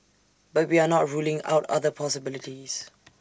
but we are not ruling out other possibilities